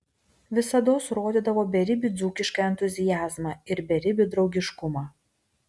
visados rodydavo beribį dzūkišką entuziazmą ir beribį draugiškumą